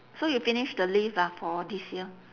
so you finish the leave lah for this year